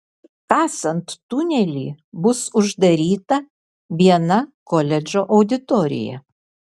kasant tunelį bus uždaryta viena koledžo auditorija